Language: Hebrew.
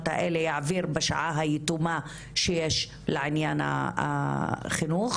האלה יעביר בשעה היתומה שיש לענין החינוך,